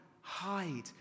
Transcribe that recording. hide